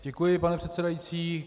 Děkuji, pane předsedající.